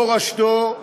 מורשתו,